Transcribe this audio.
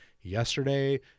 Yesterday